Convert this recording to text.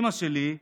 אימא שלי,